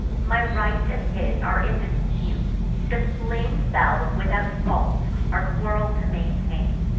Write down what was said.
my right and his are in dispute the slain fell without fault, our quarrel to maintain.